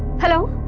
hello,